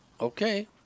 Okay